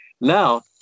Now